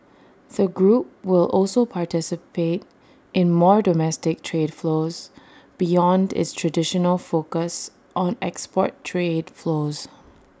the group will also participate in more domestic trade flows beyond its traditional focus on export trade flows